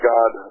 God